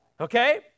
okay